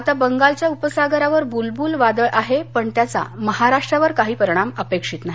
आता बंगालच्या उपसागरावर बुलबुल वादळ आहे पण त्याचा महाराष्ट्रावर काही परिणाम अपेक्षित नाही